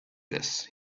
this